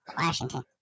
Washington